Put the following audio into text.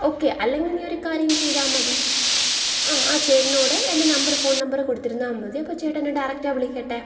okay അല്ലെങ്കിൽ നീ ഒരു കാര്യം ചെയ്താൽ മതി ആ ആ ചേട്ടനോട് എൻ്റെ നമ്പറ് ഫോൺ നമ്പറ് കൊടുത്തിരുന്നാൽ മതി അപ്പോൾ ചേട്ടൻ എന്നെ ഡയറക്റ്റാ വിളിക്കട്ടെ